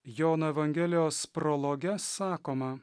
jono evangelijos prologe sakoma